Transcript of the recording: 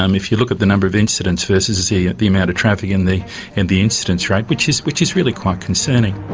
um if you look at the number of incidents versus the the amount of traffic and the and the incidence rate, which is which is really quite concerning.